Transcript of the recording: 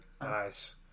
Nice